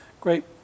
great